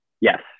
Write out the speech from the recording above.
Yes